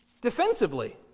Defensively